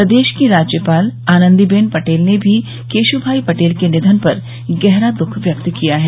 प्रदेश की राज्यपाल आनन्दीबेन पटेल ने भी केशुभाई पटेल के निधन पर गहरा दुःख व्यक्त किया है